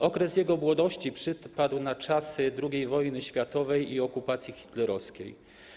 Okres jego młodości przypadł na czasy II wojny światowej i okupacji hitlerowskiej.